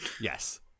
Yes